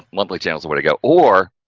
monthly channels where to go or,